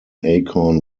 acorn